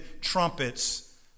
trumpets